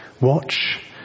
Watch